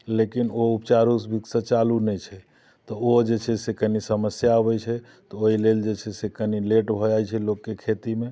लेकिन ओ सुचारू रूपसँ चालू नहि छै तऽ ओइ जे छै से कनी समस्या अबै छै ओइ लेल जे छै से कनी लेट भऽ जाइ छै लोकके खेतीमे